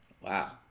Wow